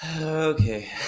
Okay